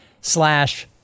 slash